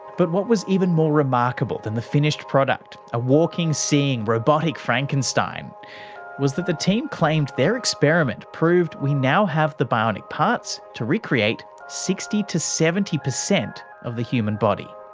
but what was even more remarkable than the finished product a walking, seeing robotic frankenstein was that the team claimed their experiment proved we now have the bionic parts to recreate sixty percent to seventy percent of the human body.